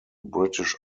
british